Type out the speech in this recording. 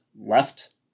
left